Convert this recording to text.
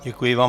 Děkuji vám.